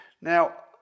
Now